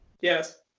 Yes